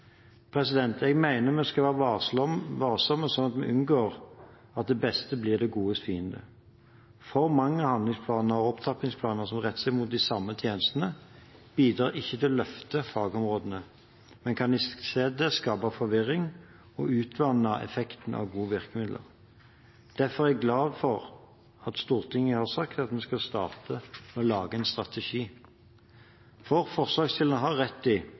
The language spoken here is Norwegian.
utenfor. Jeg mener vi skal være varsomme, slik at vi unngår at det beste blir det godes fiende. For mange handlingsplaner og opptrappingsplaner som retter seg mot de samme tjenestene, bidrar ikke til å løfte fagområdene, men kan i stedet skape forvirring og utvanne effekten av gode virkemidler. Derfor er jeg glad for at Stortinget har sagt at vi skal starte med å lage en strategi. For forslagsstillerne har rett i